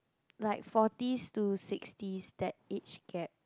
like forties to sixties that age gap